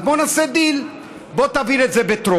אז בוא נעשה דיל: בוא תעביר את זה בטרומית.